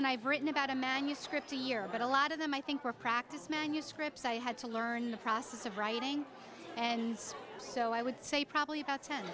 and i've written about a manuscript a year but a lot of them i think were practiced manuscripts i had to learn the process of writing and so i would say probably about ten